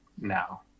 now